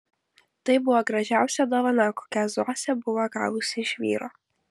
tai buvo gražiausia dovana kokią zosė buvo gavusi iš vyro